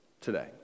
today